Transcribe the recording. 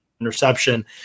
interception